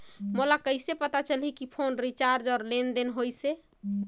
मोला कइसे पता चलही की फोन रिचार्ज और लेनदेन होइस हे?